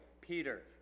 Peter